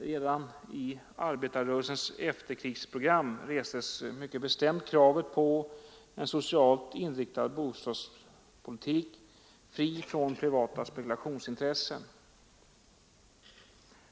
Redan i arbetarrörelsens efterkrigsprogram restes mycket bestämt kravet på en socialt inriktad bostadspolitik fri från privata spekulationsintressen.